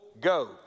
go